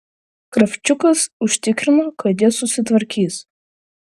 kravčiukas užtikrino kad jie susitvarkys